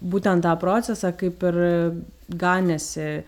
būtent tą procesą kaip ir ganėsi